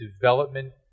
development